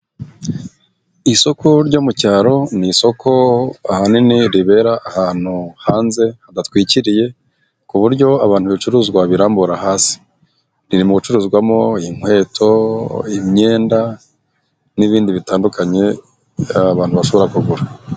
Isoko ryo mu cyaro, ni isoko ahanini ribera ahantu hanze hadatwikiriye, ku buryo abantu ibicuruzwa babirambura hasi, ririmo gucuruzwamo inkweto, imyenda n'ibindi bitandukanye abantu bashobora kugura.